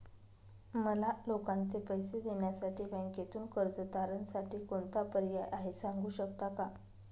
मला लोकांचे पैसे देण्यासाठी बँकेतून कर्ज तारणसाठी कोणता पर्याय आहे? सांगू शकता का?